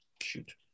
shoot